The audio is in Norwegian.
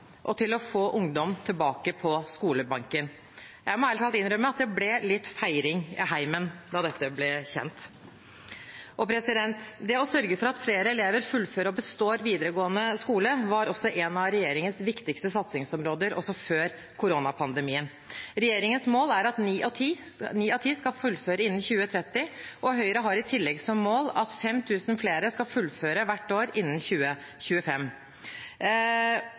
og til å få ungdom tilbake på skolebenken. Jeg må ærlig talt innrømme at det ble litt feiring i heimen da dette ble kjent. Det å sørge for at flere elever fullfører og består videregående skole, var en av regjeringens viktigste satsingsområder også før koronapandemien. Regjeringens mål er at ni av ti skal fullføre innen 2030, og Høyre har i tillegg som mål at 5 000 flere skal fullføre hvert år innen 2025.